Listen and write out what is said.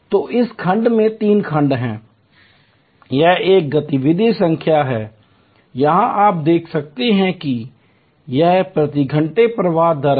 तो इस खंड में तीन खंड हैं यह एक गतिविधि संख्या है यहां आप देख सकते हैं कि यह प्रति घंटे प्रवाह दर है